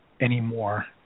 anymore